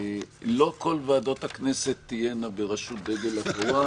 אבל גם בהקשר הזה מדינת ישראל אמורה מבחינת התל"ג ומבחינת האוכלוסייה,